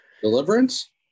Deliverance